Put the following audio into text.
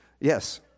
Yes